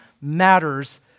matters